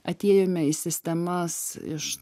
atėjome į sistemas iš